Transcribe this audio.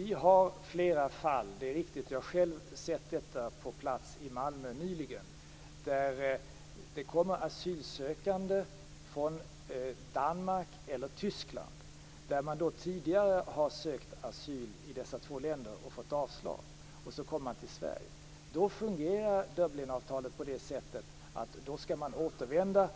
är riktigt att vi har flera fall - jag har själv nyligen sett detta på plats, i Malmö - där det kommer asylsökande från Danmark eller Tyskland där de tidigare sökt asyl och fått avslag. Sedan kommer de till Sverige. Då fungerar Dublinavtalet så att man skall återvända.